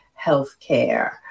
healthcare